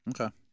Okay